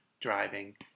driving